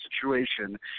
situation